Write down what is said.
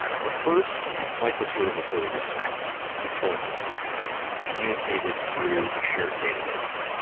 the first microservices deployments communicated through a shared database,